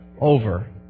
over